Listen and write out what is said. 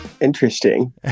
Interesting